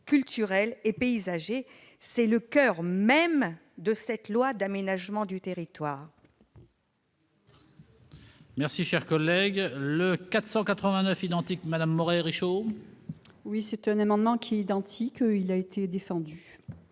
culturel et paysager. C'est le coeur de ce projet de loi d'aménagement du territoire.